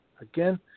again